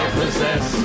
possess